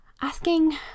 asking